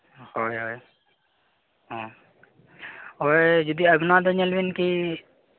ᱦᱳᱭ ᱦᱳᱭ ᱦᱮᱸ ᱳᱭ ᱡᱩᱫᱤ ᱱᱚᱣᱟ ᱫᱚ ᱧᱮᱞ ᱵᱮᱱ ᱠᱤ